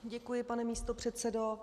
Děkuji, pane místopředsedo.